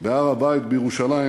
בהר-הבית בירושלים,